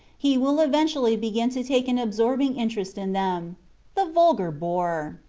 he will eventually begin to take an absorbing interest in them the vulgar boor.